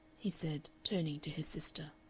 he said, turning to his sister.